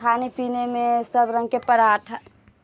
खाने पीनेमे सभ रङ्गके पराठा